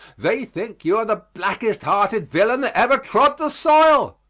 they think you are the blackest-hearted villain that ever trod the soil!